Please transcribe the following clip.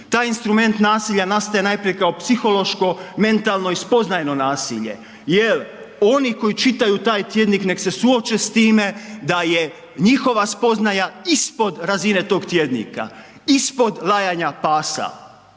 Taj instrument nasilja nastaje najprije kao psihološko, mentalno i spoznajno nasilje jer oni koji čitaju taj tjednik neka se suoče s time da je njihova spoznaja ispod razine tog tjednika, ispod lajanja pasa.